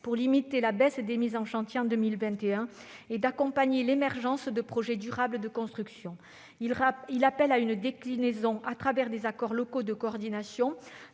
pour limiter la baisse des mises en chantier en 2021, et d'accompagner l'émergence de projets durables de construction. Il appelle à une déclinaison à travers des accords locaux de coordination,